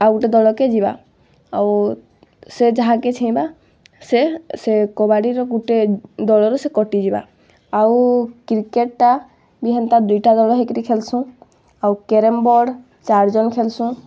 ଆଉ ଗୁଟେ ଦଳକେ ଯିବା ଆଉ ସେ ଯାହାକେ ଛିଇଁବା ସେ ସେ କବାଡ଼ିର ଗୁଟେ ଦଳରେ ସେ କଟିଯିବା ଆଉ କ୍ରିକେଟଟା ବି ହେନ୍ତା ଦୁଇଟା ଦଳ ହେଇକିରି ଖେଲସୁଁ ଆଉ କ୍ୟାରେମ ବୋର୍ଡ଼ ଚାରିଜଣ ଖେଲସୁଁ